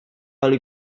only